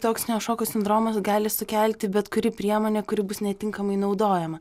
toksinio šoko sindromas gali sukelti bet kuri priemonė kuri bus netinkamai naudojama